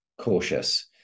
cautious